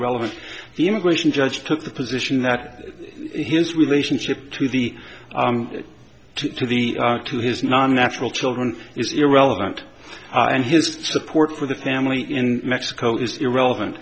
the immigration judge took the position that his relationship to the to the to his non natural children is irrelevant and his support for the family in mexico is irrelevant